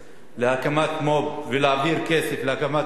להקמת מו"פ, להעביר כסף להקמת מו"פ